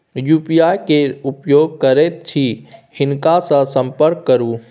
UPI केर उपयोग करैत छी हिनका सँ संपर्क करु